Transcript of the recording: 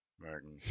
Martin